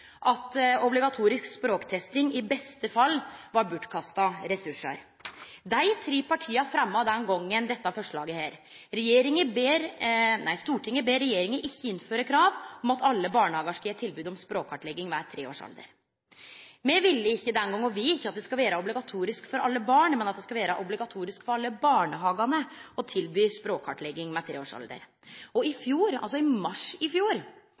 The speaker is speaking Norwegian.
at obligatorisk språktesting i beste fall var bortkasta ressursar. Dei tre partia fremma den gongen dette forslaget: «Stortinget ber regjeringen ikke innføre krav om at alle barnehager skal gi tilbud om språkkartlegging ved treårsalderen.» Me ville ikkje den gongen og vil ikkje no at det skal vere obligatorisk for alle barn, men at det skal vere obligatorisk for alle barnehagane å tilby språkkartlegging ved treårsalder. I mars i fjor